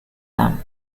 them